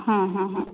हां हां हां